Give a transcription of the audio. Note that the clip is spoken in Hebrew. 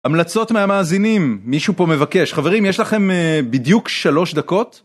המלצות מהמאזינים, מישהו פה מבקש. חברים, יש לכם בדיוק שלוש דקות.